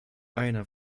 einer